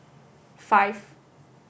five